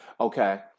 Okay